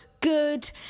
good